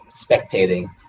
spectating